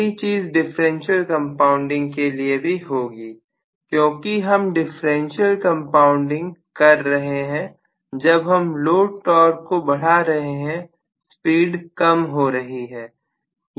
यही चीज differential compounding के लिए भी होगी क्योंकि हम डिफरेंशियल कंपाउंडिंग कर रहे हैं जब हम लोड टॉर्क को बढ़ा रहे हैं स्पीड कम हो रही है